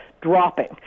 dropping